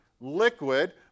Liquid